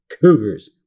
Cougars